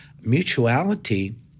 Mutuality